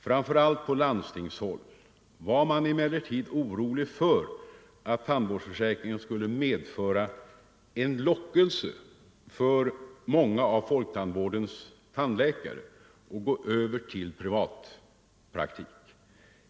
Framför allt på landstingshåll var man emellertid orolig för att tandvårdsförsäkringen skulle medföra en lockelse för många av folktandvårdens tandläkare att gå över till privatpraktik.